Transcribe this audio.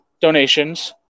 donations